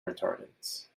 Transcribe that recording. retardants